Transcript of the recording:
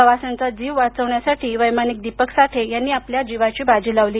प्रवाशांचा जीव वाचवण्यासाठी वैमानिक दीपक साठे आपल्या जीवाची बाजी लावली